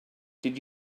did